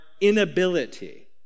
inability